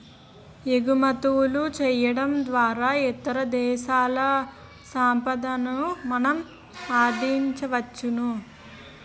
ఎగుమతులు చేయడం ద్వారా ఇతర దేశాల సంపాదన మనం ఆర్జించవచ్చు